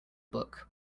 book